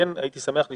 כן הייתי שמח לשמוע,